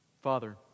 Father